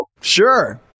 Sure